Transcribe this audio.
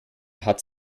hat